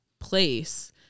place